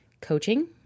coaching